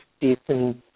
decent